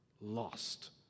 lost